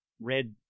red